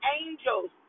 angels